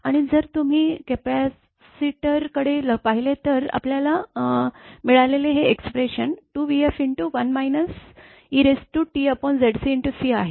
आणि जर तुम्ही कपॅसिटरकडे पाहिले तर आपल्याला मिळालेले हे एक्सप्रेशन 2vf1 e tZcC आहे